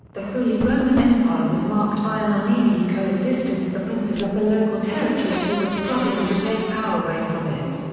the holy roman empire was marked by an uneasy coexistence of the princes of the local territories who were struggling to take power away from it.